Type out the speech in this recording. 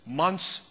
month's